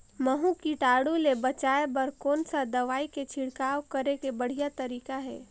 महू कीटाणु ले बचाय बर कोन सा दवाई के छिड़काव करे के बढ़िया तरीका हे?